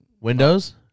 Windows